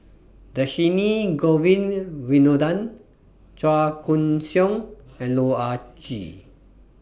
Dhershini Govin Winodan Chua Koon Siong and Loh Ah Chee